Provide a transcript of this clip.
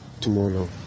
tomorrow